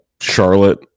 Charlotte